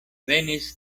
venis